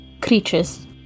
creatures